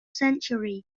century